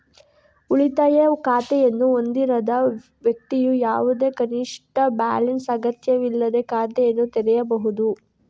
ಉಳಿತಾಯ ಖಾತೆಯನ್ನು ಹೊಂದಿರದ ವ್ಯಕ್ತಿಯು ಯಾವುದೇ ಕನಿಷ್ಠ ಬ್ಯಾಲೆನ್ಸ್ ಅಗತ್ಯವಿಲ್ಲದೇ ಖಾತೆಯನ್ನು ತೆರೆಯಬಹುದು